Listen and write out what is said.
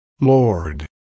Lord